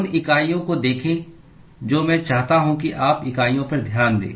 उन इकाइयों को देखें जो मैं चाहता हूं कि आप इकाइयों पर ध्यान दें